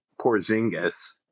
Porzingis